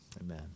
amen